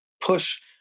push